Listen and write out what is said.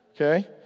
Okay